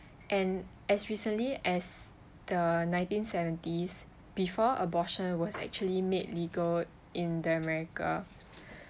and as recently as the nineteen seventies before abortion was actually made legal in the america